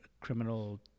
criminal